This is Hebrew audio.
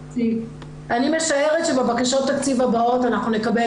אני משערת שבבקשות התקציב הבאות אנחנו נקבל